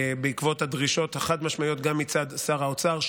בעקבות הדרישות החד-משמעיות גם מצד שר האוצר,